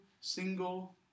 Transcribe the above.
single